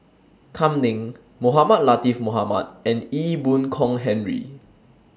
Kam Ning Mohamed Latiff Mohamed and Ee Boon Kong Henry